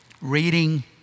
reading